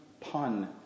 pun